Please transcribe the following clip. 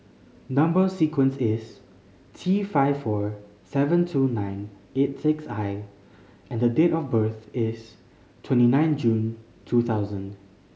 number sequence is T five four seven two nine eight six I and date of birth is twenty nine June two thousand